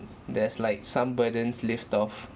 there's like some burdens lift off